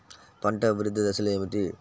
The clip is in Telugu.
పంట అభివృద్ధి దశలు ఏమిటి?